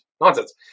nonsense